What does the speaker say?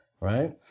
Right